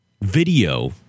video